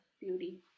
Beauty